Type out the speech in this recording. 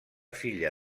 filla